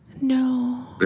no